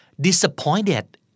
disappointed